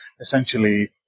essentially